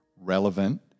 relevant